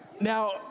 now